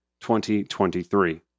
2023